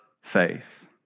faith